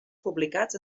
publicats